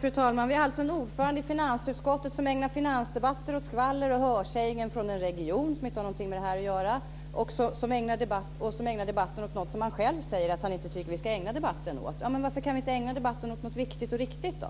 Fru talman! Vi har alltså en ordförande i finansutskottet som ägnar finansdebatter åt skvaller och hörsägen från en region som inte har någonting med det här att göra och som ägnar debatten åt något som han själv säger att han inte tycker att vi ska ägna debatten åt. Men varför kan vi inte ägna debatten åt något viktigt och riktigt då?